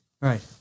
right